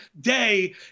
day